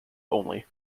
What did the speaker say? only